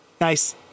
Nice